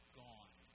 gone